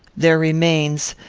their remains,